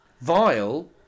Vile